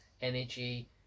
energy